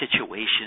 situations